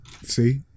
see